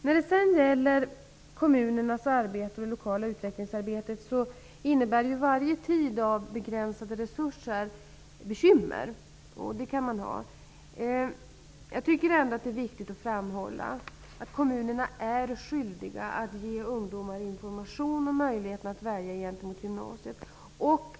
När det gäller kommunernas arbete och det lokala utvecklingsarbetet innebär varje tid av begränsade resurser bekymmer. Jag tycker ändå att det är viktigt att framhålla att kommunerna är skyldiga att ge ungdomar information om möjligheterna att välja inför gymnasiet.